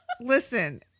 listen